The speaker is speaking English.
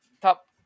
Top